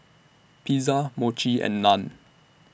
Pizza Mochi and Naan